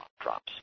drops